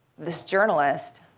this journalist